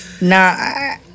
nah